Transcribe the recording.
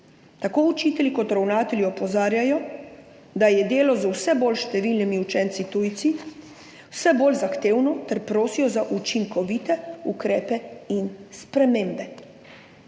Tako učitelji kot ravnatelji opozarjajo, da je delo z vse bolj številnimi učenci tujci vse bolj zahtevno ter prosijo za učinkovite ukrepe in spremembe.